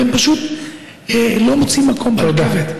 והם פשוט לא מוצאים מקום ברכבת.